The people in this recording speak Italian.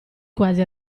quasi